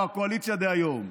הקואליציה דהיום,